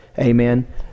Amen